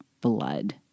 blood